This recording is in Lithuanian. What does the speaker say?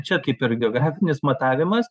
čia kaip ir geografinis matavimas